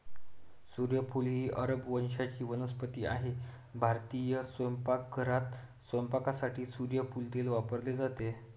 सूर्यफूल ही अरब वंशाची वनस्पती आहे भारतीय स्वयंपाकघरात स्वयंपाकासाठी सूर्यफूल तेल वापरले जाते